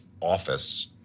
office